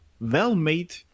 well-made